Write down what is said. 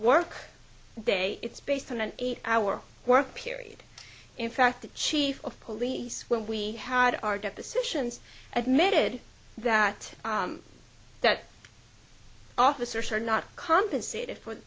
work day it's based on an eight hour workday period in fact the chief of police when we had our depositions admitted that that officers are not compensated for